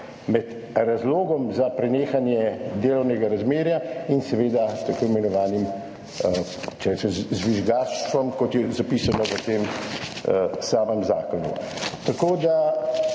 med razlogom za prenehanje delovnega razmerja in tako imenovanim, če rečem, žvižgaštvom, kot je zapisano v samem zakonu.